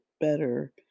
better